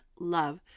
love